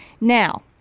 Now